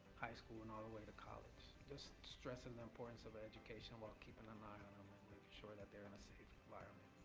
high school, and all the way to college. just stressing the importance of education while keeping an eye and em and making sure that they're in a safe environment.